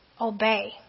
obey